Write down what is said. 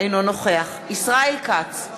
אינו נוכח ישראל כץ,